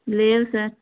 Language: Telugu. లేవు సార్